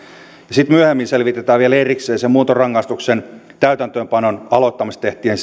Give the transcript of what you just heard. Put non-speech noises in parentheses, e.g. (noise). sitten myöhemmin selvitetään vielä erikseen se muuntorangaistuksen täytäntöönpanon aloittamistehtävien (unintelligible)